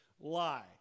lie